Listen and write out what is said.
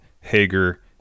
Hager